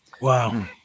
Wow